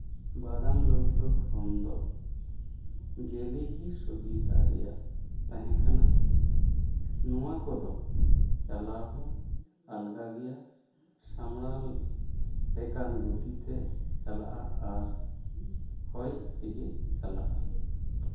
ᱵᱟᱫᱟᱢ ᱞᱟᱣᱠᱟᱹ ᱠᱷᱚᱱ ᱫᱚ ᱜᱮᱞᱤ ᱜᱮ ᱥᱩᱵᱤᱫᱷᱟ ᱨᱮᱭᱟᱜ ᱛᱟᱦᱮᱸ ᱠᱟᱱᱟ ᱱᱚᱣᱟ ᱠᱚ ᱫᱚ ᱪᱟᱞᱟᱣ ᱦᱚᱸ ᱟᱞᱜᱟ ᱜᱮᱭᱟ ᱥᱟᱢᱲᱟᱣ ᱞᱮᱠᱟᱱ ᱜᱚᱛᱤ ᱛᱮ ᱪᱟᱞᱟᱜᱼᱟ ᱟᱨ ᱦᱚᱭ ᱛᱮᱜᱮ ᱪᱟᱞᱟᱜᱼᱟ